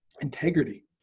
integrity